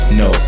no